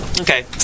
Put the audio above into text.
Okay